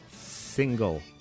single